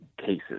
cases